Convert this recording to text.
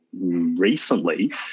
recently